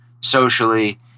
socially